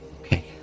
Okay